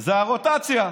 זה הרוטציה.